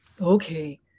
okay